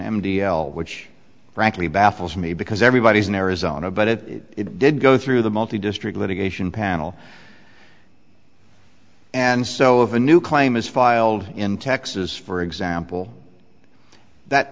m d l which frankly baffles me because everybody is in arizona but if it did go through the multi district litigation panel and so if a new claim is filed in texas for example that